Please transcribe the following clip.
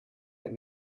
had